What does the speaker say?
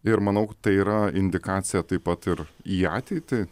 ir manau tai yra indikacija taip pat ir į ateitį